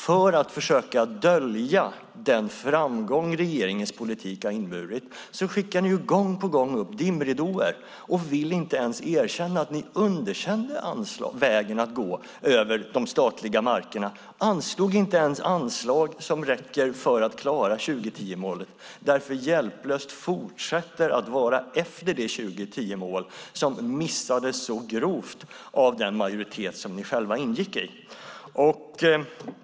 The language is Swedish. För att försöka dölja den framgång regeringens politik har inneburit skickar ni dock gång på gång upp dimridåer och vill inte ens erkänna att ni underkände vägen att gå över de statliga markerna. Ni anslog inte ens pengar som räcker för att klara 2010-målet. Därför fortsätter ni hjälplöst att vara efter det 2010-mål som missades grovt av den majoritet ni själva ingick i.